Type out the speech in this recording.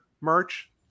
merch